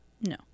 No